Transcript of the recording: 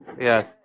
Yes